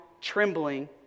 trembling